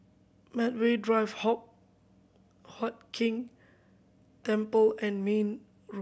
Medway Drive Hock Huat Keng Temple and Mayne Road